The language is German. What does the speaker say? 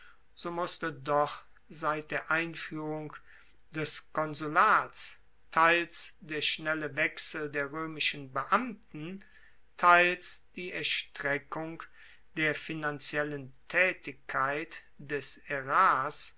so musste doch seit der einfuehrung des konsulats teils der schnelle wechsel der roemischen beamten teils die erstreckung der finanziellen taetigkeit des